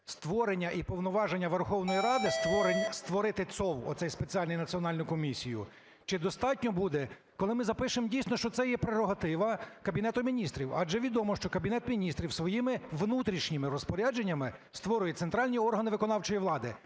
створення і повноваження Верховної Ради створити ЦОВВ, оцей спеціальний – Національну комісію, чи достатньо буде, коли ми запишемо, дійсно, що це є прерогатива Кабінету Міністрів? Адже відомо, що Кабінет Міністрів своїми внутрішніми розпорядженнями створює центральні органи виконавчої влади.